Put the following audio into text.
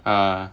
ah